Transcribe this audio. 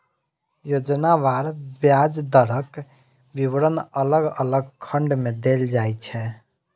योजनावार ब्याज दरक विवरण अलग अलग खंड मे देल जाइ छै